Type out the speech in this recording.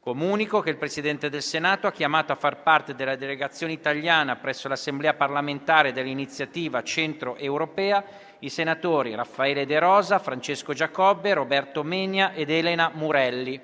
Comunico che il Presidente del Senato ha chiamato a far parte della Delegazione italiana presso l'Assemblea parlamentare dell'Iniziativa Centro Europea i senatori Raffaele De Rosa, Francesco Giacobbe, Roberto Menia ed Elena Murelli.